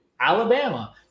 Alabama